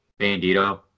Bandito